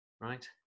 right